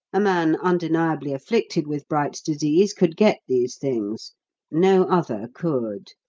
a man undeniably afflicted with bright's disease could get these things no other could.